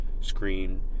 screen